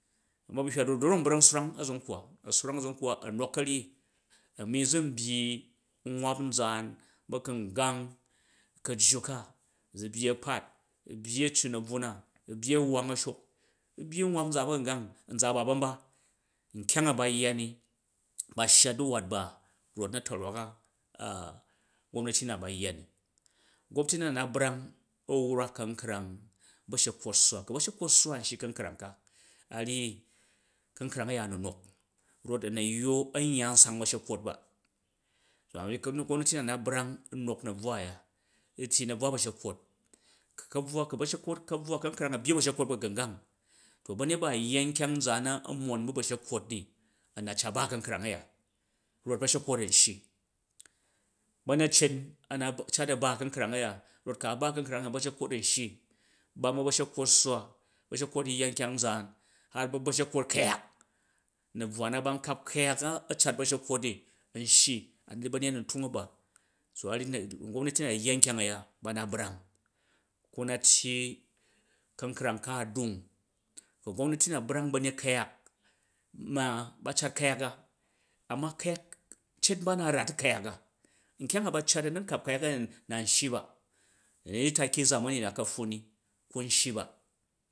Ama ba̱ hywa de ryok n bak nswrang a̱zumkwa a̱swrang a̱zunkwa a̱ nok ka̱rgyi a̱ mi zun bgyi nwap nzaan ba̱gangomg ka̱jju ka, zʉ bgyi a̱kpat, u̱ bgyi a̱cou na̱bvwu na, u̱ bgyi a̱wusong a̱shok, ʉ byyi nwap nzaan ba̱gngang nza a̱ ba ba̱n ba, nkyang a bayya ni ba shya du̱wat ba rot na̱ta̱rwak a̱ gomnati na ba yya ni. Gomnati na na brang a wrak kankrang ba̱shekkwot swwa, ku ba̱shekkwot sswa a̱n shyi u̱ ka̱nkrang ka a ryyi ka̱nkrang a̱ya a̱ nu nok rot a̱kyya a̱n yya an sang ba̱shekkwot ba to a̱ ryyi gomnati na na brang a̱ nok na̱bvwa a̱ya, u̱ tyyi na̱bvwa ba̱dokkwot, ku ka̱bvwa kuba̱hakkwot, ka̱nkrang a bgyi ba̱shekkwot ba̱gungang to ba̱nyet ba a̱ yya nkyang nzaan na̱ a̱ mon bu̱ ba̱shekkwot i a na cat ba ka̱nkrang a̱ ya rot ba̱shekkwot a̱n shyi. Ba̱nyatren a̱ na cat a̱ ba u̱ ka̱nkrang a̱ya rot ku a̱ ba ka̱nkrang a̱ya ba̱shekkwot an shyi, ban ba̱ ba̱shekkwot sswa ba̱shekkwot yya nkyang nzaan har bu̱ ba̱shekkwot ku̱yak, na̱bvwa na ban kap a̱kuyak a a̱ cat ba̱shekkwot di a̱n shyi a ryyi ba̱nyet a na tung a̱ ba, so a̱ryyi na, gomnati na yya nkyang a̱ya ba na brang, ku na tyyi ka̱nkrang ka a̱ dung, ku gomnati na brang ba̱nyet ku̱yak ma ba cat ku̱yaka, ana ku̱yak cat ba na rat u̱ ku̱yak a̱ nkyang a ba cat a̱ nu rkap ku̱yak a̱ya ni na nshyi ba da̱ ni di taki zamani na ka̱pffun ni kun shyi ba